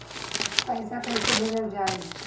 पैसा कैसे भेजल जाइ?